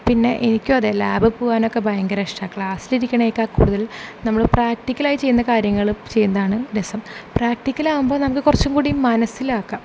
പിന്നെ എനിക്കു അതെ ലാബ്ബ് പോകാനൊക്കെ ഭയങ്കര ഇഷ്ടാ ക്ലാസ്സിലിരിക്കണേക്കാൾ കൂടുതൽ നമ്മൾ പ്രാക്റ്റിക്കൽ ആയി ചെയ്യുന്ന കാര്യങ്ങൾ ചെയ്യുന്നതാണ് രസം പ്രാക്റ്റിക്കൽ ആകുമ്പോൾ നമുക്ക് കുറച്ചും കൂടി മനസ്സിലാക്കാം